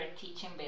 teaching